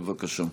בבקשה.